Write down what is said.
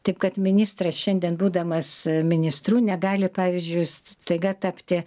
taip kad ministras šiandien būdamas ministru negali pavyzdžiui staiga tapti